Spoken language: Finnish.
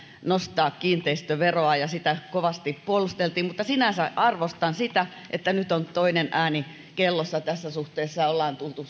nostaa kiinteistöveroa ja sitä kovasti puolusteltiin mutta sinänsä arvostan sitä että nyt on toinen ääni kellossa tässä suhteessa ja ollaan tultu